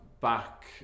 back